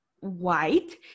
White